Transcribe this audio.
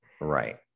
Right